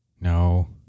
no